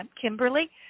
Kimberly